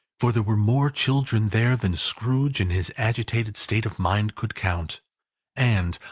for there were more children there, than scrooge in his agitated state of mind could count and,